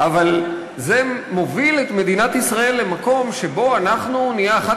אבל זה מוביל את מדינת ישראל למקום שבו אנחנו נהיה אחת